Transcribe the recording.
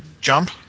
jump